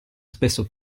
spesso